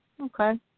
okay